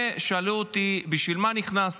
ושאלו אותי: בשביל מה נכנסת?